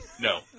No